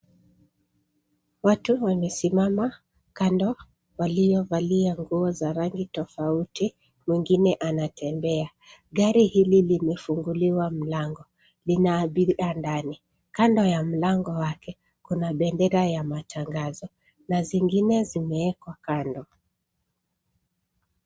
Watu wamesimama kando waliovalia nguo rangi tofauti, mwingine anatembea. Gari hili limefunguliwa mlango. Lina abiria ndani. Kando ya mlango wake kuna bendera ya matangazo na zingine zimewekwa kando.